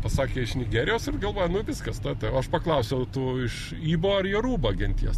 pasakė iš nigerijos ir galvoja nu viskas o aš paklausiau tu iš ibo ar jerubo genties